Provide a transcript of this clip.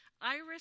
Iris